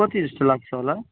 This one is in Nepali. कतिजस्तो लाग्छ होला